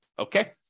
Okay